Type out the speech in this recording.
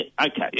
okay